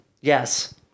Yes